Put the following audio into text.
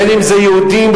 אם יהודים,